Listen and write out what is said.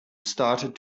started